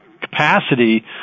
capacity